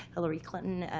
hillary clinton,